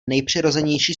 nejpřirozenější